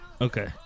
Okay